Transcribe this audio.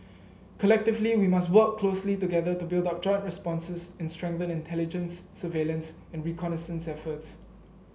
collectively we must work closely together to build up joint responses and strengthen intelligence surveillance and reconnaissance efforts